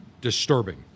disturbing